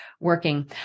working